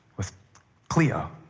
with cleo.